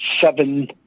seven